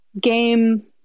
game